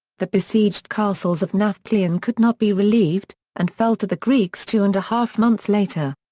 the besieged castles of nafplion could not be relieved, and fell to the greeks two and a half months later.